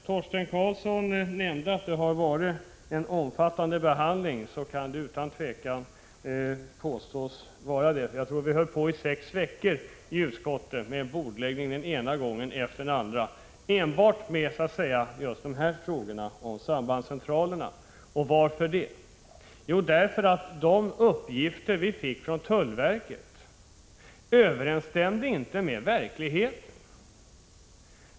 Torsten Karlsson sade att behandlingen har varit omfattande, och det kan man utan tvivel påstå. Jag tror att vi höll på i sex veckor i utskottet, med bordläggning den ena gången efter den andra, enbart när det gällde frågorna om sambandscentralerna. Varför det? Jo, därför att de uppgifter vi fick från tullverket inte överensstämde med verkligheten.